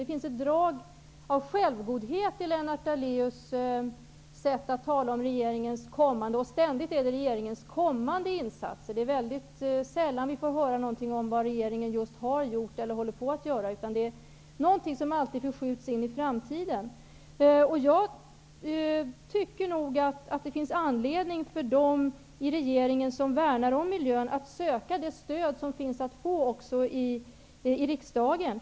Det finns ett drag av självgodhet i Lennart Daléus sätt att tala om regeringens kommande, och ständigt regeringens kommande, insatser. Det är mycket sällan vi får höra någonting om vad regeringen just har gjort eller håller på att göra. Det handlar alltid om någonting som skjuts in i framtiden. Jag tycker nog att det finns anledning för dem i regeringen som värnar om miljön att söka det stöd som finns att få även i riksdagen.